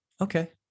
Okay